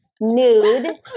Nude